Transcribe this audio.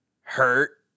hurt